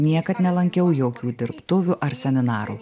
niekad nelankiau jokių dirbtuvių ar seminarų